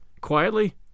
quietly